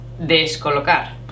descolocar